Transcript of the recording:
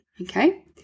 okay